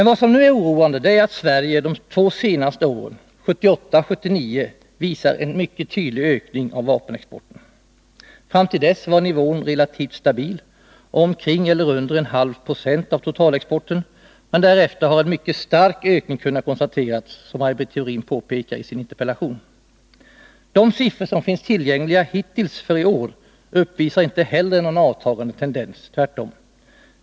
Vad som nu är oroande är att Sverige de två senaste åren, 1978 och 1979, visar en mycket tydlig ökning av vapenexporten. Fram till 1978 var nivån relativt stabil, omkring eller under 0,5 26 av totalexporten, men därefter har en mycket stark ökning kunnat konstateras, som Maj Britt Theorin påpekar i sin interpellation. De siffror som finns tillgängliga hittills för i år uppvisar inte heller någon avtagande tendens — tvärtom.